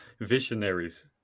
visionaries